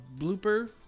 Blooper